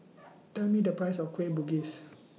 Tell Me The Price of Kueh Bugis